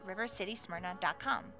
rivercitysmyrna.com